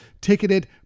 ticketed